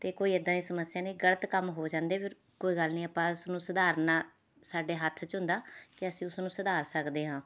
ਅਤੇ ਕੋਈ ਏਦਾਂ ਦੀ ਸਮੱਸਿਆ ਨਹੀਂ ਗਲਤ ਕੰਮ ਹੋ ਜਾਂਦੇ ਪਰ ਕੋਈ ਗੱਲ ਨਹੀਂ ਆਪਾਂ ਉਸ ਨੂੰ ਸੁਧਾਰਨਾ ਸਾਡੇ ਹੱਥ 'ਚ ਹੁੰਦਾ ਅਤੇ ਅਸੀਂ ਉਸ ਨੂੰ ਸੁਧਾਰ ਸਕਦੇ ਹਾਂ